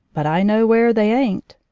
but i know where they ain't.